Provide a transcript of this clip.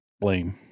blame